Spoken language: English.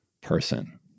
person